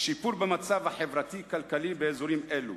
שיפור המצב החברתי-הכלכלי באזורים אלו,